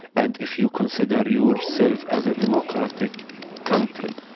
and if you consider yourself as a democratic country,